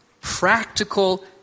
practical